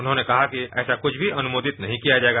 उन्होंने कहा कि ऐसा कुछ भी अनुमोदित नहीं किया जाएगा